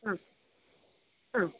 ആ ആ